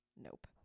Nope